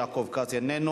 יעקב כץ, איננו.